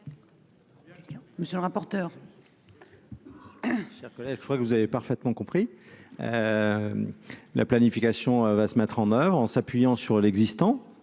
Monsieur le rapporteur